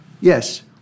Yes